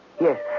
Yes